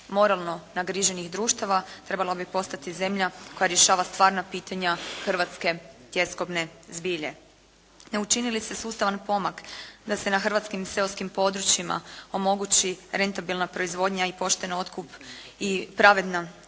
moralno nagriženih društava trebala bi postati zemlja koja rješava stvarna pitanja hrvatske tjeskobne zbilje. Ne učini li se sustavan pomak da se na hrvatskim i seoskim područjima omogući rentabilna proizvodnja i pošten otkup i pravedna